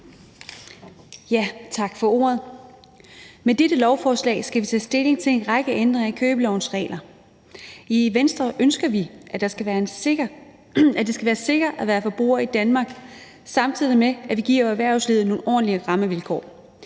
(V): Tak for ordet. Med dette lovforslag skal vi tage stilling til en række ændringer i købelovens regler. I Venstre ønsker vi, at det skal være sikkert at være forbruger i Danmark, samtidig med at vi giver erhvervslivet nogle ordentlige rammevilkår.